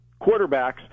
quarterbacks